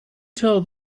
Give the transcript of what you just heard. tell